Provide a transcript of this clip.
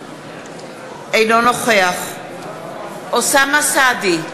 אינו נוכח אוסאמה סעדי,